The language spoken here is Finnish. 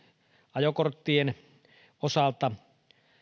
ajokorttien osalta